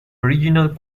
original